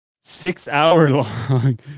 six-hour-long